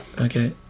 Okay